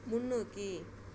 முன்னோக்கி